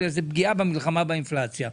בגלל שזאת פגיעה במלחמה באינפלציה.